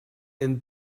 and